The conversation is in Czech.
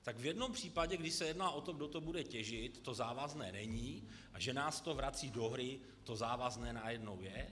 Tak v jednom případě, kdy se jedná o to, kdo to bude těžit, to závazné není, a že nás to vrací do hry, to závazné najednou je?